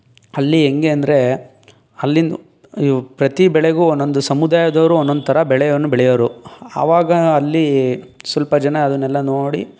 ಅಲ್ಲಿ ಹೆಂಗೆ ಅಂದರೆ ಅಲಿನ್ನು ಪ್ರತೀ ಬೆಳೆಗೂ ಒಂದೊಂದು ಸಮುದಾಯದವರು ಒಂದೊಂದು ಥರ ಬೆಳೆಯನ್ನು ಬೆಳೆಯೋರು ಆವಾಗ ಅಲ್ಲಿ ಸ್ವಲ್ಪ ಜನ ಅದನ್ನೆಲ್ಲ ನೋಡಿ